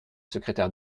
secrétaire